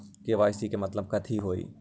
KYC के मतलब कथी होई?